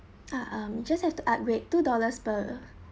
ah um you just have to upgrade two dollars per